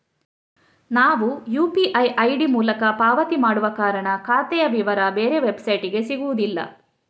ನಾವು UPI ID ಮೂಲಕ ಪಾವತಿ ಮಾಡುವ ಕಾರಣ ಖಾತೆಯ ವಿವರ ಬೇರೆ ವೆಬ್ಸೈಟಿಗೆ ಸಿಗುದಿಲ್ಲ